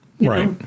Right